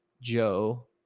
Joe